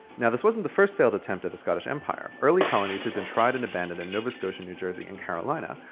now, this wasn't the first failed attempt at scottish empire early colonies had been tried and abandoned in nova scotia, new jersey and carolina,